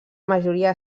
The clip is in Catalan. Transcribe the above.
majoria